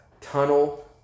tunnel